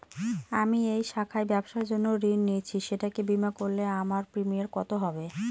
আমি এই শাখায় ব্যবসার জন্য ঋণ নিয়েছি সেটাকে বিমা করলে আমার প্রিমিয়াম কত হবে?